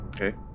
okay